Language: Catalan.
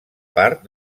part